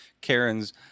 Karens